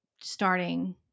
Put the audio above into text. starting